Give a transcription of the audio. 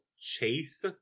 chase